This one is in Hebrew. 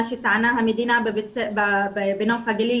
מה שטענה המדינה בנוף הגליל,